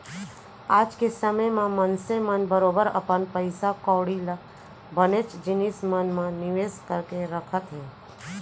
आज के समे म मनसे मन बरोबर अपन पइसा कौड़ी ल बनेच जिनिस मन म निवेस करके रखत हें